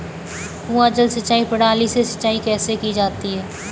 कुआँ जल सिंचाई प्रणाली से सिंचाई कैसे की जाती है?